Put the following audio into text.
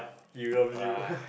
he got you